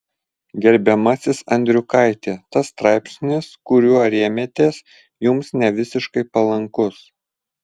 gerbiamasis andriukaiti tas straipsnis kuriuo rėmėtės jums nevisiškai palankus